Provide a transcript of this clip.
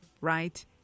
right